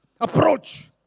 approach